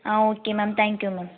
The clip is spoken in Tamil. ah okay ma'am thank you ma'am